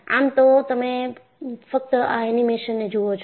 આમ તો તમે ફક્ત આ એનિમેશન ને જુઓ છો